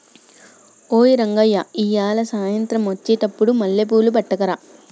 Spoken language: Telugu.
ఓయ్ రంగయ్య ఇయ్యాల సాయంత్రం అచ్చెటప్పుడు మల్లెపూలు పట్టుకరా